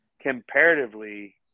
comparatively